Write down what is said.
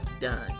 done